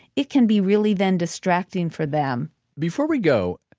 it can be really then distracting for them before we go,